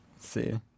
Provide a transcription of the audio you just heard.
See